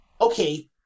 okay